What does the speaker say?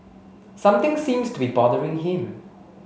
something seems to be bothering him